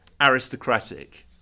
aristocratic